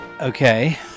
okay